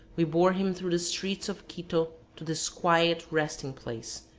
we bore him through the streets of quito to this quiet resting-place,